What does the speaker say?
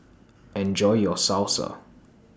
Enjoy your Salsa